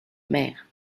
maires